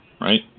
right